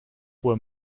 were